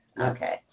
Okay